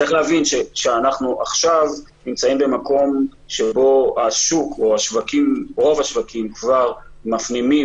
צריך להבין שאנחנו עכשיו נמצאים במקום שבו רוב השווקים כבר מפנימים